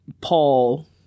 Paul